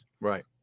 Right